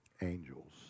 angels